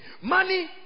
Money